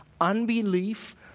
unbelief